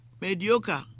mediocre